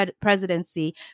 presidency